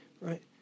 right